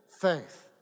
faith